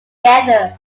together